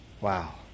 Wow